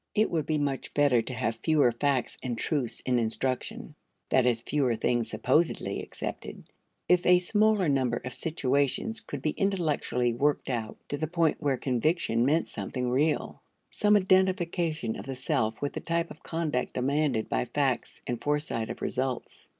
it would be much better to have fewer facts and truths in instruction that is, fewer things supposedly accepted if a smaller number of situations could be intellectually worked out to the point where conviction meant something real some identification of the self with the type of conduct demanded by facts and foresight of results.